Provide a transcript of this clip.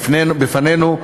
בפנינו,